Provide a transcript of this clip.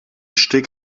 steg